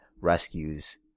rescues